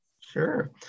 Sure